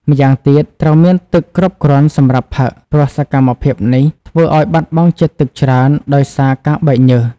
ម្យ៉ាងទៀត ត្រូវមានទឹកគ្រប់គ្រាន់សម្រាប់ផឹកព្រោះសកម្មភាពនេះធ្វើឱ្យបាត់បង់ជាតិទឹកច្រើនដោយសារការបែកញើស។